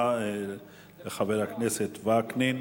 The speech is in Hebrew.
תודה לחבר הכנסת וקנין.